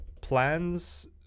plans